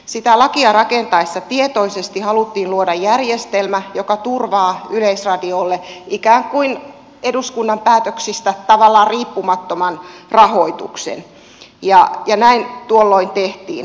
sitä lakia rakennettaessa tietoisesti haluttiin luoda järjestelmä joka turvaa yleisradiolle ikään kuin eduskunnan päätöksistä tavallaan riippumattoman rahoituksen ja näin tuolloin tehtiin